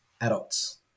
adults